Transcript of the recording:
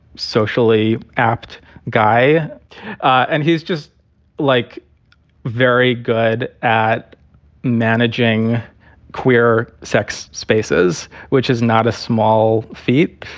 socially apt guy and he's just like very good at managing queer sex spaces, which is not a small feat.